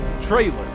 Trailer